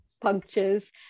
punctures